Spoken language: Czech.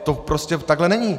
To prostě takhle není.